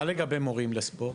מה לגבי מורים לספורט?